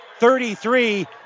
33